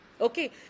Okay